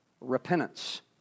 repentance